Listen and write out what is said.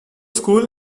school